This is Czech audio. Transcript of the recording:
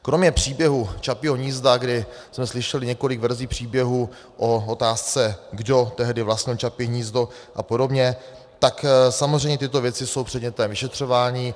Kromě příběhu Čapího hnízda, kdy jsme slyšeli několik verzí příběhu o otázce, kdo tehdy vlastnil Čapí hnízdo a podobně, tak samozřejmě tyto věci jsou předmětem vyšetřování.